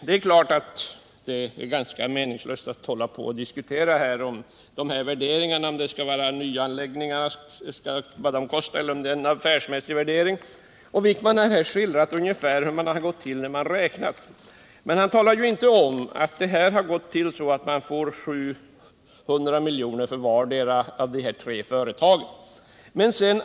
Det är klart att det är ganska meningslöst att hålla på att diskutera vad nyanläggningarna bör kosta eller om värderingen är affärsmässig. Anders Wijkman har här skildrat ungefär hur det gått till när man räknat, men han har inte talat om att man får 700 milj.kr. för vartdera av de tre företagen.